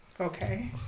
Okay